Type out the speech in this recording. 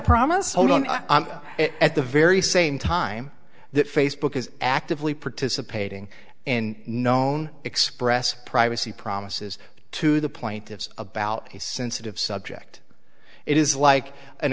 promise hold on i'm at the very same time that facebook is actively participating and known express privacy promises to the plaintiffs about a sensitive subject it is like an